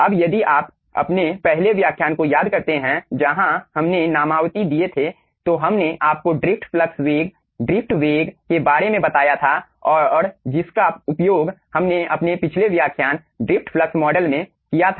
अब यदि आप अपने पहले व्याख्यान को याद करते हैं जहाँ हमने नामावती दिए थे तो हमने आपको ड्रिफ्ट फ्लक्स वेग ड्रिफ्ट वेग के बारे में बताया था और जिसका उपयोग हमने अपने पिछले व्याख्यान ड्रिफ्ट फ्लक्स मॉडल में किया था